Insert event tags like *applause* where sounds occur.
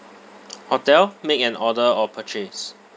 *noise* hotel make an order or purchase